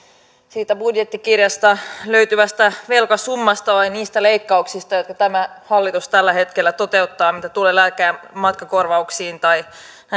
siitä budjettikirjasta löytyvästä velkasummasta vai niistä leikkauksista joita tämä hallitus tällä hetkellä toteuttaa mitä tulee lääke ja matkakorvauksiin tai